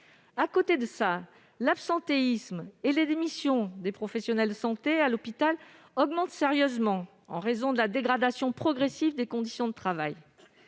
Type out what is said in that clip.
À côté de cela, l'absentéisme et les démissions des professionnels de santé à l'hôpital augmentent sérieusement en raison de la dégradation progressive des conditions de travail.